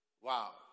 Wow